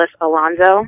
Alonso